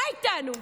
מה איתנו?